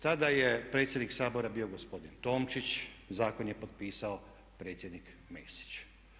Tada je predsjednik Sabora bio gospodin Tomčić, zakon je potpisao predsjednik Mesić.